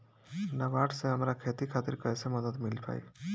नाबार्ड से हमरा खेती खातिर कैसे मदद मिल पायी?